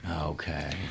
Okay